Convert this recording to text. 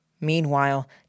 Meanwhile